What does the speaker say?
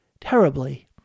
terribly